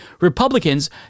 Republicans